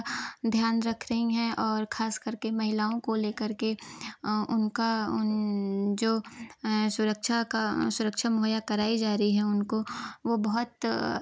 ध्यान रख रही हैं और खास करके महिलाओं को लेकर के उनका उन जो सुरक्षा का सुरक्षा मुहैया कराई जा रही हैं उनको वे बहुत